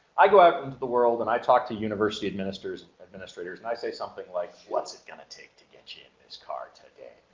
i go out into the world and i talk to university administrators administrators and i say something like what's it gonna take to get you into this car today.